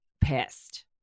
pissed